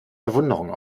verwunderung